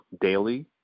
daily